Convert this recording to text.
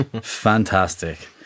fantastic